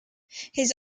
his